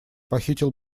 похитил